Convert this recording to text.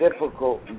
difficult